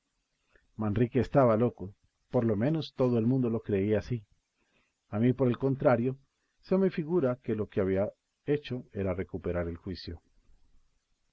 manrique estaba loco por lo menos todo el mundo lo creía así a mí por el contrario se me figura que lo que había hecho era recuperar el juicio